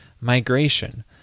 migration